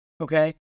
okay